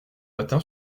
matin